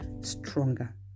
stronger